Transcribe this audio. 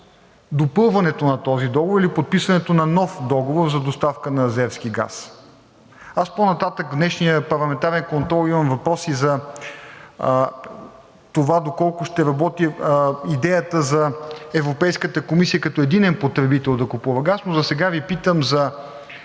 допълването на този договор или подписването на нов договор за доставка на азерски газ? Аз по-нататък в днешния парламентарен контрол имам въпроси за това доколко ще работи идеята за Европейската комисия като единен потребител да купува газ, но засега Ви питам за